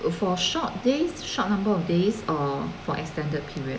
for a short days short number of days or for extended period